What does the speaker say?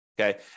okay